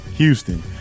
Houston